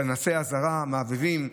פנסי אזהרה מהבהבים,